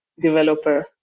developer